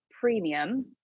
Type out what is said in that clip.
Premium